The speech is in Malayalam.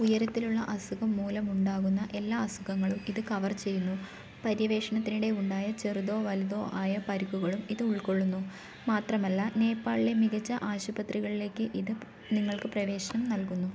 ഉയരത്തിലുള്ള അസുഖം മൂലമുണ്ടാകുന്ന എല്ലാ അസുഖങ്ങളും ഇത് കവർ ചെയ്യുന്നു പര്യവേഷണത്തിനിടെ ഉണ്ടായ ചെറുതോ വലുതോ ആയ പരിക്കുകളും ഇത് ഉൾക്കൊള്ളുന്നു മാത്രമല്ല നേപ്പാളിലെ മികച്ച ആശുപത്രികളിലേക്ക് ഇത് നിങ്ങൾക്ക് പ്രവേശനം നൽകുന്നു